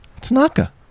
Tanaka